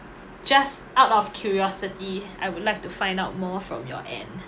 just out of curiosity I would like to find out more from your end